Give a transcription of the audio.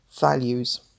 values